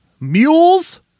mules